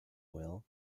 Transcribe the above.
oil